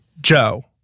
Joe